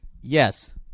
Yes